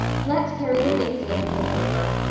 let's carry the things in and get it over.